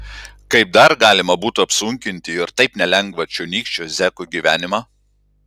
kaip dar galima būtų apsunkinti ir taip nelengvą čionykščio zeko gyvenimą